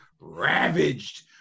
ravaged